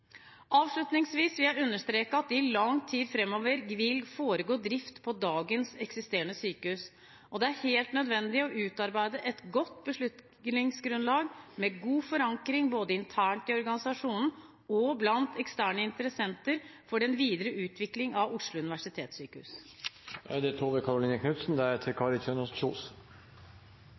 Avslutningsvis vil jeg understreke at det i lang tid framover vil foregå drift på dagens eksisterende sykehus. Det er helt nødvendig å utarbeide et godt beslutningsgrunnlag med god forankring både internt i organisasjonen og blant eksterne interessenter for den videre utviklingen av Oslo